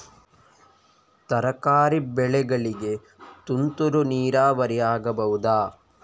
ತರಕಾರಿ ಬೆಳೆಗಳಿಗೆ ತುಂತುರು ನೀರಾವರಿ ಆಗಬಹುದಾ?